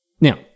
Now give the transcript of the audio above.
Now